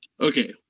Okay